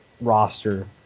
roster